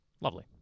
Lovely